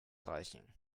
reichen